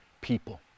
people